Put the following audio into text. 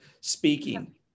speaking